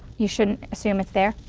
you shouldn't assume it's there.